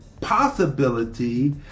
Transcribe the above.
possibility